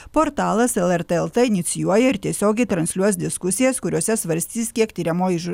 portalas lrt lt inicijuoja ir tiesiogiai transliuos diskusijas kuriose svarstys kiek tiriamoji žu